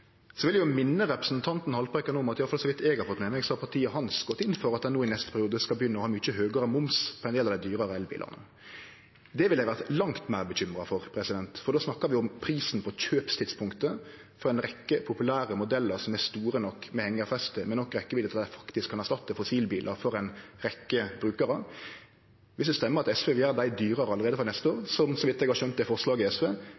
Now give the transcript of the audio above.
Så vil eg minne representanten Haltbrekken om at partiet hans, i alle fall så vidt eg har fått med meg, har gått inn for at ein no i neste periode skal begynne å ha mykje høgare moms på ein del av dei dyrare elbilane. Det ville eg ha vore langt meir bekymra for, for då snakkar vi om prisen på kjøpstidspunktet for ei rekkje populære modellar som er store nok, med hengjarfeste og med nok rekkjevidde, til at dei faktisk kan erstatte fossilbilar for ei rekkje brukarar. Viss det stemmer at SV vil gjere dei dyrare allereie frå neste